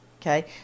Okay